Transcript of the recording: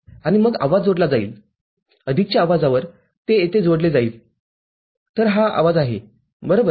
आणि मग आवाज जोडला जाईलअधिकच्या आवाजावर आणि ते येथे जोडले जाईलतर हा आवाज आहे बरोबर